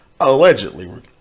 allegedly